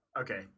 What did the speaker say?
Okay